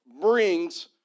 brings